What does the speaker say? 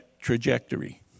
trajectory